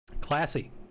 classy